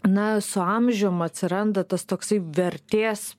na su amžium atsiranda tas toksai vertės